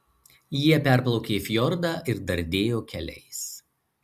jie perplaukė fjordą ir dardėjo keliais